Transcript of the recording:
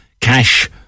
cash